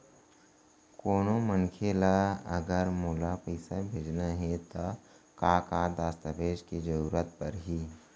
कोनो मनखे ला अगर मोला पइसा भेजना हे ता का का दस्तावेज के जरूरत परही??